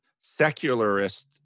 secularist